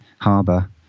Harbour